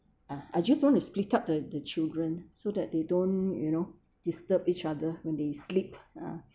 ah I just want to split up the the children so that they don't you know disturb each other when they sleep ah